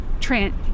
Trent